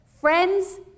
friends